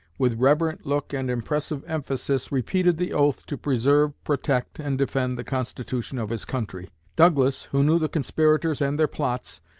with reverent look and impressive emphasis, repeated the oath to preserve, protect, and defend the constitution of his country. douglas, who knew the conspirators and their plots,